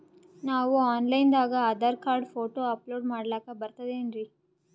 ನಾವು online ದಾಗ Aadhaar card, photo upload ಮಾಡ್ಲಕ ಬರ್ತದೇನ್ರಿ?